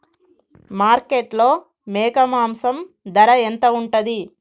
మార్కెట్లో మేక మాంసం ధర ఎంత ఉంటది?